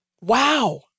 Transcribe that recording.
Wow